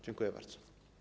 Dziękuję bardzo.